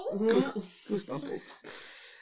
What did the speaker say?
goosebumps